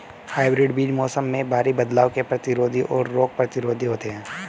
hybrid बीज मौसम में भारी बदलाव के प्रतिरोधी और रोग प्रतिरोधी होते हैं